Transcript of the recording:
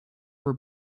were